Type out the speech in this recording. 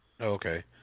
okay